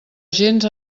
gens